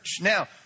Now